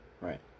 Right